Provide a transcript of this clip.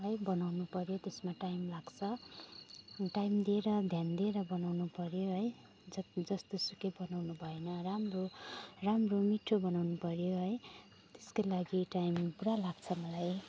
नै बनाउनु पर्यो त्यसमा टाइम लाग्छ टाइम दिएर ध्यान दिएर बनाउनु पर्यो है जब जस्तो सुकै बनाउनु भएन राम्रो राम्रो मिठो बनाउनु पर्यो है त्यसकै लागि टाइम पुरा लाग्छ मलाई